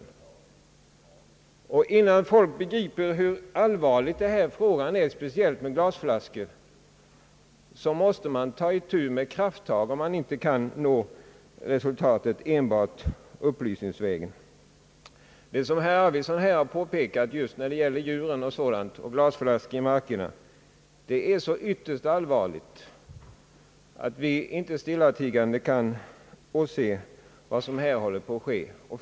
Folk måste få klart för sig hur allvarligt det är speciellt med glasen, och därför är det nödvändigt att ta till krafttag, om man inte kan nå resultat enbart på upplysningsvägen. Det som herr Arvidson har påpekat just i fråga om glasflaskorna och djuren ute i markerna är ett så allvarligt problem att vi inte stillatigande kan åse vad som här håller på att ske.